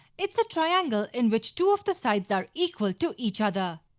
it's a triangle in which two of the sides are equal to each other.